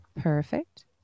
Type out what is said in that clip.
Perfect